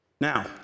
Now